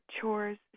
chores